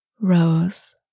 rose